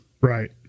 Right